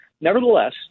Nevertheless